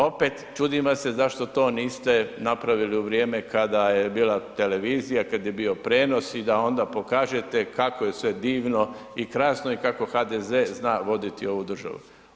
Opet čudim vam se zašto to niste napravili u vrijeme kada je bila televizija, kada je bio prijenos i da onda pokažete kako je sve divno i krasno i kako HDZ zna voditi ovu državu.